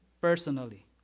personally